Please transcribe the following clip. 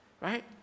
right